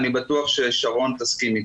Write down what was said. ואני בטוח ששרון אלרעי תסכים איתי.